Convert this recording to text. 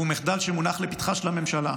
והוא מחדל שמונח לפתחה של הממשלה,